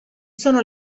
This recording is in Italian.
sono